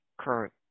current